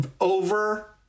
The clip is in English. Over